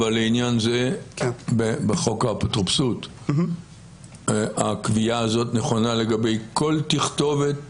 לעניין זה בחוק האפוטרופסות הקביעה הזאת נכונה לגבי כל תכתובת